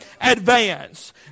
advance